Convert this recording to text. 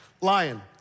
lion